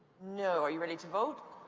no. are you ready to vote?